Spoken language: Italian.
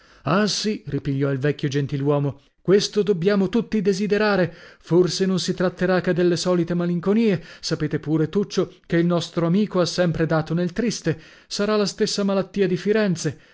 sì ripigliò il vecchio gentiluomo questo dobbiamo tutti desiderare forse non si tratterà che delle solite malinconie sapete pure tuccio che il nostro amico ha sempre dato nel triste sarà la stessa malattia di firenze